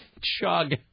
Chug